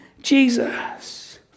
Jesus